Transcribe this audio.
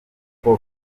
uko